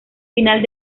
final